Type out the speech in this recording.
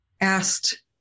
asked